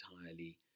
entirely